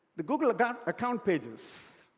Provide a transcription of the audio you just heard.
the google account account pages,